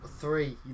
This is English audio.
Three